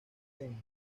kane